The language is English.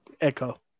Echo